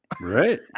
Right